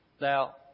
Now